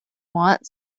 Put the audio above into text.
want